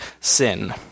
sin